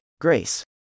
Grace